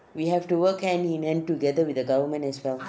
we have to work hand in hand together with the government as well